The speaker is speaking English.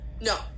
no